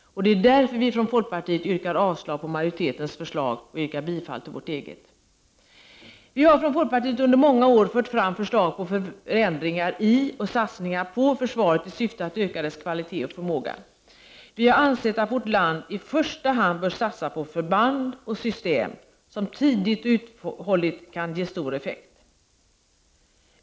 Det är därför vi från folkpartiet yrkar avslag på majoritetens förslag och yrkar bifall till vårt eget. Vi har från folkpartiet under många år fört fram förslag på förändringar i och satsningar på försvaret i syfte att öka dess kvalitet och förmåga. Vi har ansett att vårt land i första hand bör satsa på förband och system som tidigt och uthålligt kan ge stor effekt.